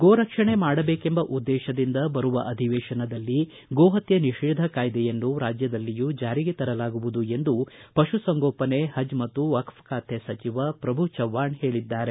ಗೋ ರಕ್ಷಣೆ ಮಾಡಬೇಕೆಂಬ ಉದ್ದೇಶದಿಂದ ಬರುವ ಅಧಿವೇಶನದಲ್ಲಿ ಗೋ ಹತ್ತ ನಿಷೇಧ ಕಾಯ್ದೆಯನ್ನು ರಾಜ್ಯದಲ್ಲಿಯೂ ಜಾರಿಗೆ ತರಲಾಗುವುದು ಎಂದು ಪಶು ಸಂಗೋಪನೆ ಪಜ್ ಮತ್ತು ವಕ್ಷ್ ಖಾತೆ ಸಚಿವ ಪ್ರಭು ಚವ್ಹಾಣ್ ಹೇಳಿದ್ದಾರೆ